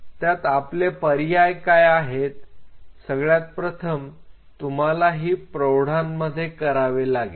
त्यात आपले पर्याय काय आहेत सगळ्यात प्रथम तुम्हालाही प्रौढांमध्ये करावे लागेल